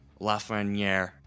Lafreniere